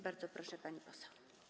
Bardzo proszę, pani poseł.